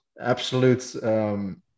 absolute